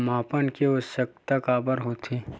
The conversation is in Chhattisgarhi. मापन के आवश्कता काबर होथे?